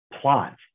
plot